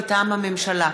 מטעם הממשלה: